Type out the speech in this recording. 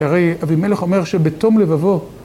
‫הרי אבימלך אומר שבתום לבבו...